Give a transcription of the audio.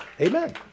Amen